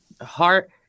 heart